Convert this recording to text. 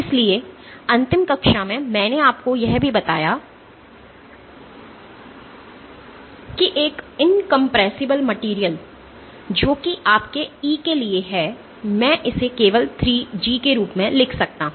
इसलिए अंतिम कक्षा में मैंने आपको यह भी बताया है कि एक इनकंप्रेसिबल मटेरियल जो कि आपके E के लिए है मैं इसे केवल 3 G के रूप में लिख सकता हूं